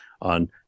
on